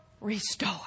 restore